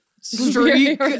streak